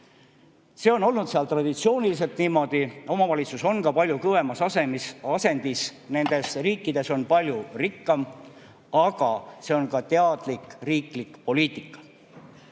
See on olnud seal traditsiooniliselt niimoodi. Omavalitsus on palju [tugevamas] asendis ja nendes riikides palju rikkam, aga see on ka teadlik riiklik poliitika.